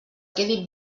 quedi